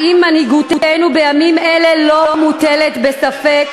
האם מנהיגותנו בימים אלה לא מוטלת בספק,